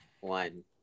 one